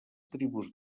tribus